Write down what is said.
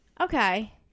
Okay